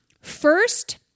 First